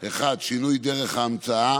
1. שינוי דרך ההמצאה: